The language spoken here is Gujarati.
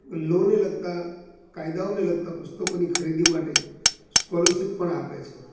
લોને લગતા કાયદાઓને લગતા પુસ્તકોની ખરીદી માટે સ્કોલરસીપ પણ આપે છે